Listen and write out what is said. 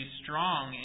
strong